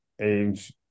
age